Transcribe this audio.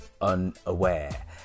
unaware